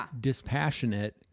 dispassionate